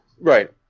Right